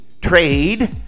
trade